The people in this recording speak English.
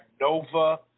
Nova